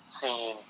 seen